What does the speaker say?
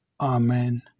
Amen